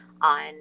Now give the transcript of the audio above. on